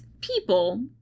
people